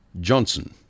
Johnson